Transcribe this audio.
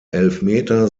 elfmeter